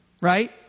Right